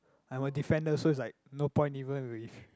I'm a defender so it's like no point even with